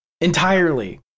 entirely